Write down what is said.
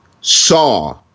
Saw